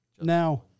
Now